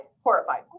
horrified